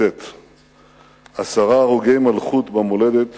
"עשרה הרוגי מלכות במולדת